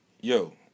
yo